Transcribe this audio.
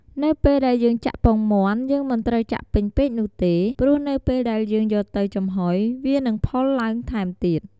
នៅពេលដែលយើងចាក់ពងមាន់យើងមិនត្រូវចាក់ពេញពេកនោះទេ ព្រោះនៅពេលដែលយើងយកទៅចំហុយវានឹងផុលឡើងថែមទៀត។